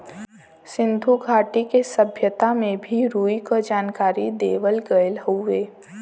सिन्धु घाटी के सभ्यता में भी रुई क जानकारी देवल गयल हउवे